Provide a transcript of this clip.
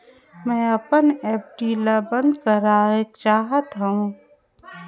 मैं अपन एफ.डी ल बंद करा चाहत हों